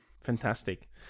Fantastic